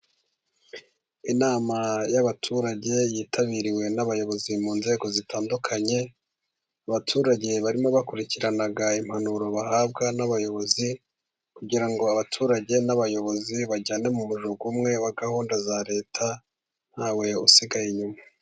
Inama y'abaturage yitabiriwe n'abayobozi mu nzego zitandukanye, abaturage barimo bakurikirana impanuro bahabwa n'abayobozi kugira ngo abaturage n'abayobozi bajyane mu mujyo umwe wa gahunda za Leta ntawe usigaye inyuma.